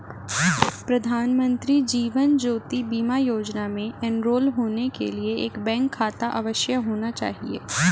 प्रधानमंत्री जीवन ज्योति बीमा योजना में एनरोल होने के लिए एक बैंक खाता अवश्य होना चाहिए